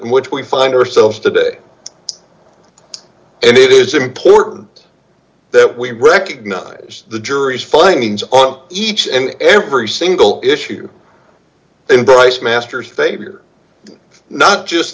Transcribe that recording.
which we find ourselves today and it is important that we recognize the jury's findings on each and every single issue embrace master's favor not just